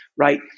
right